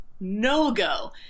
no-go